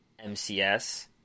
MCS